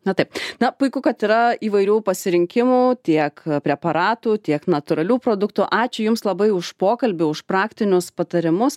na taip na puiku kad yra įvairių pasirinkimų tiek preparatų tiek natūralių produktų ačiū jums labai už pokalbį už praktinius patarimus